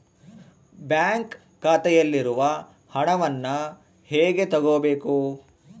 Bank ಖಾತೆಯಲ್ಲಿರುವ ಹಣವನ್ನು ಹೇಗೆ ತಗೋಬೇಕು?